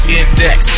index